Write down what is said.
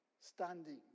standing